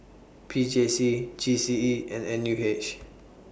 P J C G C E and N U H